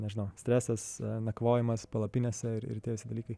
nežinau stresas nakvojimas palapinėse ir tie visi dalykai